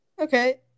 Okay